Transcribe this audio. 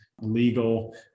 legal